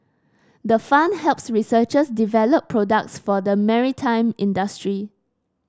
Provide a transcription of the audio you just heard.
the fund helps researchers develop products for the maritime industry